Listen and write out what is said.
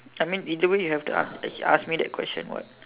I mean either way you have to ask ask me that question what